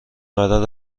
قرار